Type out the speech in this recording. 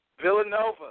villanova